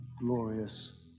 glorious